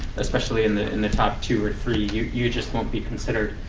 especially in the in the top two or three, you you just won't be considered.